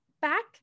Back